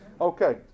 okay